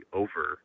over